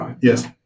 Yes